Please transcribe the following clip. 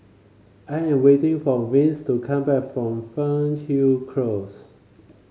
I am waiting for Vance to come back from Fernhill Close